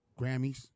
Grammys